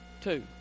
Two